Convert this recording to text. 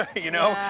ah you know?